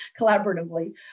collaboratively